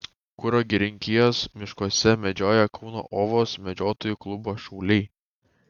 kuro girininkijos miškuose medžioja kauno ovos medžiotojų klubo šauliai